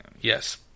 Yes